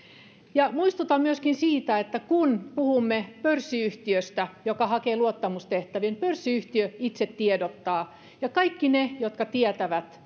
ja muistutan myöskin siitä että kun puhumme pörssiyhtiöstä joka hakee luottamustehtäviin pörssiyhtiö itse tiedottaa ja kaikki ne jotka tietävät